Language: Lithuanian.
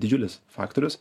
didžiulis faktorius